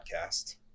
podcast